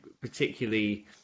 particularly